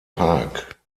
park